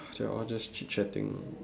they are all just chitchatting